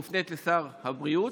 השאלה מופנית לשר הבריאות,